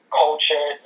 culture